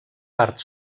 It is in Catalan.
part